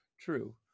true